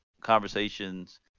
conversations